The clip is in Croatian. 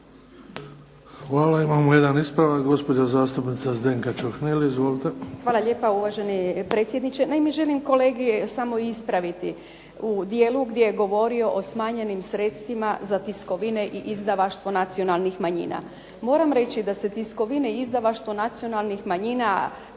Hvala. Imamo jedan ispravak, gospođa zastupnica Zdenka Čuhnil. Izvolite. **Čuhnil, Zdenka (Nezavisni)** Hvala lijepa uvaženi predsjedniče. Naime želim kolegi samo ispraviti u dijelu gdje je govorio o smanjenim sredstvima za tiskovine i izdavaštvo nacionalnih manjina. Moram reći da se tiskovine i izdavaštvo nacionalnih manjina